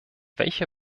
welche